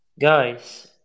guys